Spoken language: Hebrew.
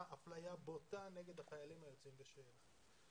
אפליה בוטה נגד החיילים היוצאים בשאלה.